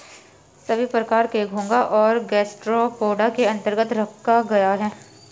सभी प्रकार के घोंघा को गैस्ट्रोपोडा के अन्तर्गत रखा गया है